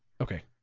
Okay